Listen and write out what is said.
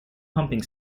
pumping